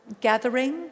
gathering